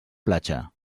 platja